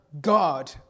God